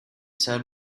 turn